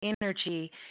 energy